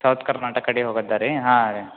south Karnataka ಕಡೆ ಹೋಗದ್ದ ರೀ ಹಾಂ ರೀ